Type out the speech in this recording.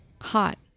hot